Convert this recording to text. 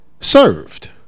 served